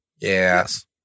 Yes